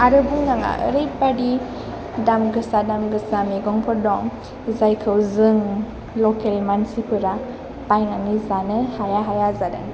आरो बुंनाङा ओरैबायदि दाम गोसा दाम गोसा मैगंफोर दं जायखौ जों लकेल मानसिफोरा बायनानै जानो हाया हाया जादों